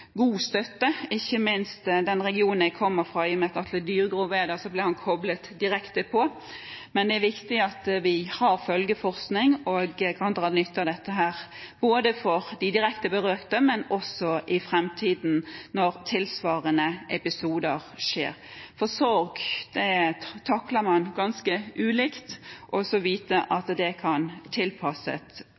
god støtte, ikke minst i den regionen jeg kommer fra. I og med at Atle Dyregrov er der, ble han koblet direkte inn. Men det er viktig at vi har følgeforskning og kan dra nytte av den, både for de direkte berørte og også i fremtiden, når tilsvarende episoder skjer, for sorg takler man ganske ulikt, og det er viktig å vite at det kan tilpasses